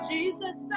Jesus